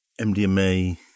MDMA